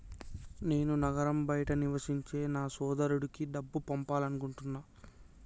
నేను నగరం బయట నివసించే నా సోదరుడికి డబ్బు పంపాలనుకుంటున్నా